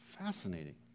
fascinating